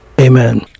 Amen